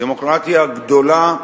דמוקרטיה גדולה,